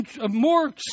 more